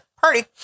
party